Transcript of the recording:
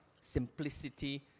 simplicity